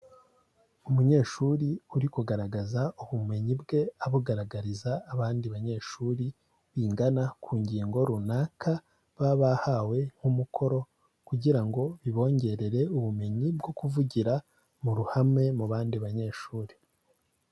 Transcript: Umunyeshuri uri kugaragaza ubumenyi bwe, abugaragariza abandi banyeshuri bigana ku ngingo runaka baba bahawe nk'umukoro kugira ngo bibongerere ubumenyi bwo kuvugira mu ruhame, mu bandi banyeshuri.